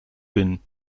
bin